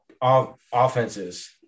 offenses